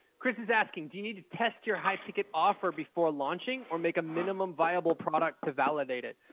chris is asking, do you need to test your high-ticket offer before launching or make a minimum viable product to validate it?